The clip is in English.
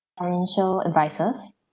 financial advisers